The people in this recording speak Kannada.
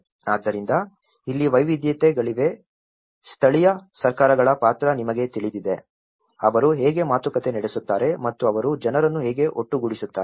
ಆದ್ದರಿಂದ ಇಲ್ಲಿ ವೈವಿಧ್ಯತೆಗಳಿವೆ ಸ್ಥಳೀಯ ಸರ್ಕಾರಗಳ ಪಾತ್ರ ನಿಮಗೆ ತಿಳಿದಿದೆ ಅವರು ಹೇಗೆ ಮಾತುಕತೆ ನಡೆಸುತ್ತಾರೆ ಮತ್ತು ಅವರು ಜನರನ್ನು ಹೇಗೆ ಒಟ್ಟುಗೂಡಿಸುತ್ತಾರೆ